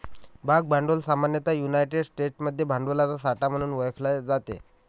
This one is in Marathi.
भाग भांडवल सामान्यतः युनायटेड स्टेट्समध्ये भांडवलाचा साठा म्हणून ओळखले जाते